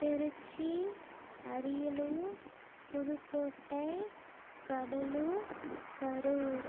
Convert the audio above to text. Trichy Ariyalur Pudukkottai Cuddalore Karur